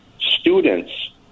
students